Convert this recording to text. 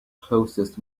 closest